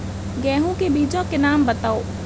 गेहूँ के बीजों के नाम बताओ?